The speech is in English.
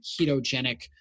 ketogenic